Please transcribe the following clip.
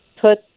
put